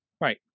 right